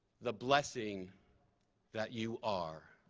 the blessing that you are.